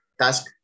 task